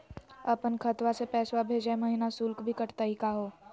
अपन खतवा से पैसवा भेजै महिना शुल्क भी कटतही का हो?